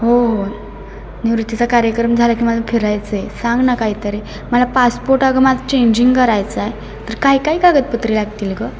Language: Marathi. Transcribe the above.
हो हो निवृत्तीचा कार्यक्रम झाला की मला फिरायचं आहे सांग ना काहीतरी मला पासपोर्ट अगं माझं चेंजिंग करायचं आहे तर काही काही कागदपत्र लागतील गं